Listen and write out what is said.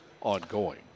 ongoing